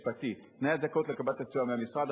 משפטי: תנאי הזכאות לקבלת הסיוע מהמשרד,